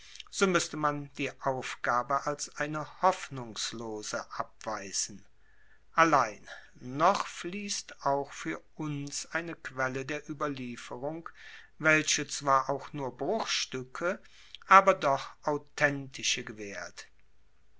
so muesste man die aufgabe als eine hoffnungslose abweisen allein noch fliesst auch fuer uns eine quelle der ueberlieferung welche zwar auch nur bruchstuecke aber doch authentische gewaehrt